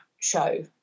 show